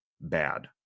bad